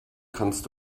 kannst